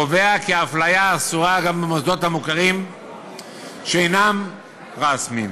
קובע כי אפליה אסורה גם במוסדות המוכרים שאינם רשמיים,